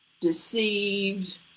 deceived